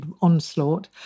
onslaught